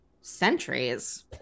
centuries